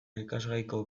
irakasgaiko